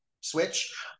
switch